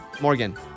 Morgan